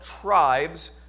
tribes